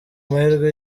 mahirwe